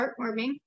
heartwarming